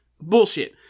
bullshit